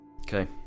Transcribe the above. Okay